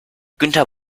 günther